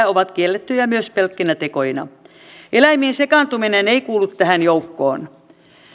ovat kiellettyjä myös pelkkinä tekoina eläimiin sekaantuminen ei kuulu tähän joukkoon